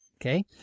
Okay